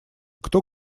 кто